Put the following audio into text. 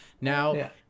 Now